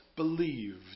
Believed